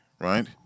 right